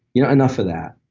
you know enough of that.